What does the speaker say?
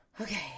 Okay